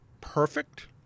perfect